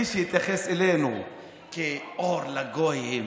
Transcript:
מי שהתייחס כמו אור לגויים,